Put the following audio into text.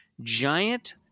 giant